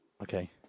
Okay